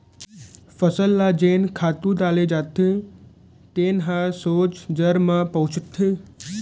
फसल ल जेन खातू डाले जाथे तेन ह सोझ जड़ म पहुंचथे